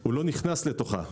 הוא לא נכנס לתוכה.